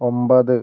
ഒൻപത്